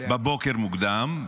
בבוקר מוקדם,